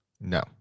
No